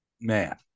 Man